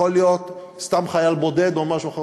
יכול להיות סתם חייל בודד או משהו אחר,